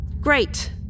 great